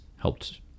helped